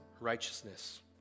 righteousness